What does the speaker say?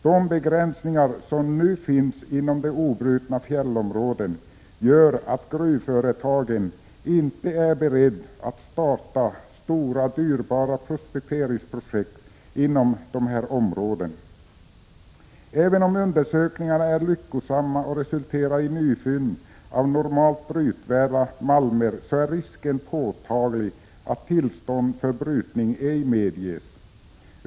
De begränsningar som nu finns inom de obrutna fjällområdena gör att gruvföretagen inte är beredda att starta stora dyrbara prospekteringsprojekt inom dessa områden. Även om undersökningarna är lyckosamma och resulterar i nyfynd av normalt brytvärda malmer är risken påtaglig att tillstånd för brytning ej medges.